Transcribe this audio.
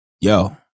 yo